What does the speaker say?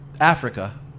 Africa